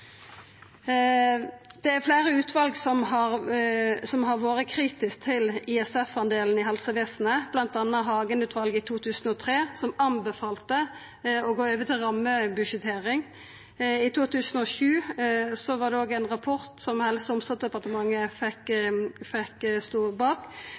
Det er fleire utval som har vore kritiske til ISF-delen i helsevesenet – bl.a. Hagen-utvalet i 2003, som anbefalte å gå over til rammebudsjettering. I 2007 var det også ein rapport som Helse- og omsorgsdepartementet stod bak,